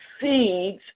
seeds